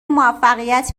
موفقیت